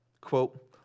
quote